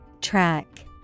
Track